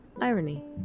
Irony